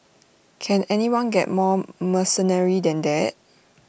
can anyone get more mercenary than that